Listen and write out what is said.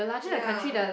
ya